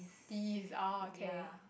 tease ah okay